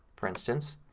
for instance,